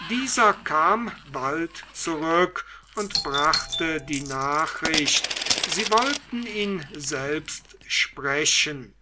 dieser kam bald zurück und brachte die nachricht sie wollten ihn selbst sprechen